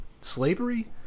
slavery